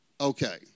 okay